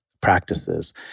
practices